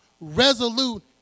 resolute